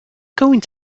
going